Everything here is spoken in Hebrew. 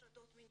הטרדות מיניות,